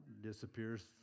disappears